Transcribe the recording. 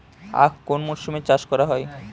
আখ কোন মরশুমে চাষ করা হয়?